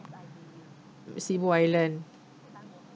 sibu island